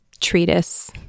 treatise